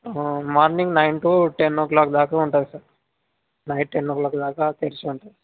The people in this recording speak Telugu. morning nine to ten o'clock దాకా ఉంటుంది sir night ten o'clock దాకా తెరిచి ఉంటుంది